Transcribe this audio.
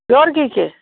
pure घी के